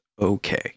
okay